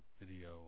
video